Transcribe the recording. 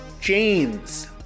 James